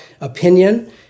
opinion